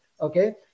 okay